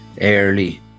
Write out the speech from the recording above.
early